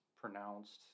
pronounced